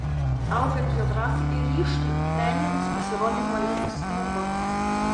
augant jo drąsai ir ryžtui meninis pasirodymo lygis smuko